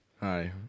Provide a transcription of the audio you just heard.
Hi